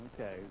Okay